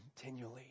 continually